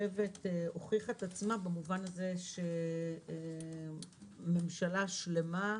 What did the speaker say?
הוכיחה את עצמה במובן הזה שממשלה שלמה,